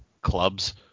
clubs